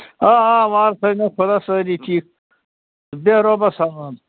آ آ وارٕ تھٲونو خۄدا سٲری ٹھیٖک بیٚہہ رۅبَس حَوال